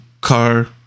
car